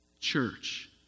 Church